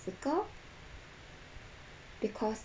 Africa because